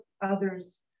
others